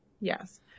Yes